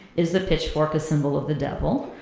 is the pitchfork a symbol of the devil?